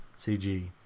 CG